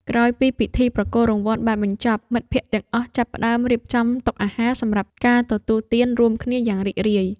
ក្រោយពីពិធីប្រគល់រង្វាន់បានបញ្ចប់ មិត្តភក្តិទាំងអស់ចាប់ផ្ដើមរៀបចំតុអាហារសម្រាប់ការទទួលទានរួមគ្នាយ៉ាងរីករាយ។